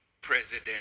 president